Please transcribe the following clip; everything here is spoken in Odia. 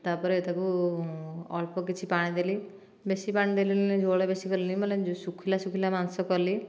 ତାପରେ ତାକୁ ଅଳ୍ପ କିଛି ପାଣି ଦେଲି ବେଶି ପାଣି ଦେଲିନି ଝୋଳ ବେଶି କଲିନି ମାନେ ଶୁଖିଲା ଶୁଖିଲା ମାଂସ କଲି